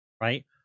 right